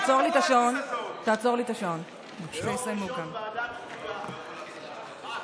תעצרו את החקיקה המטורפת הזאת.